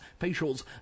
facials